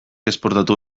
esportatu